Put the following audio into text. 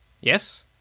Yes